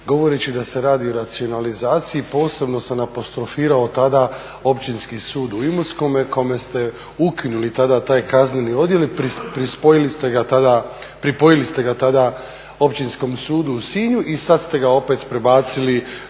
govoreći da se radi o racionalizaciji. Posebno sam apostrofirao tada Općinski sud u Imotskome kome ste ukinuli tada taj kazneni odjel i pripojili ste ga tada Općinskom sudu u Sinju i sad ste ga opet prebacili